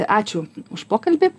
ačiū už pokalbį